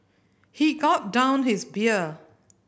he gulped down his beer